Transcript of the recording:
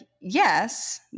yes